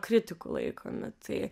kritikų laikomi tai